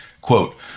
Quote